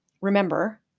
remember